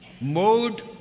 mode